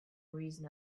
reason